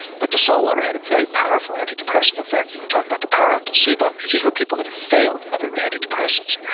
but the salt water had a very powerful antidepressant effect, and you talk about the power of placebo, because these were people that have failed other antidepressants.